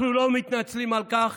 אנחנו לא מתנצלים על כך